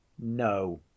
no